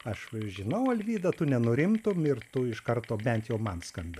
aš žinau alvydą tu nenurimtum ir tu iš karto bent jau man skambino